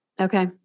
Okay